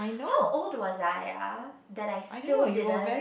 how old was I ah that I still didn't